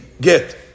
get